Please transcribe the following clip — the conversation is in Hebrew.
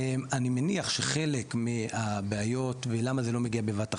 אני מניח שחלק מהבעיות ולמה זה לא מגיע בבת אחת,